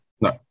No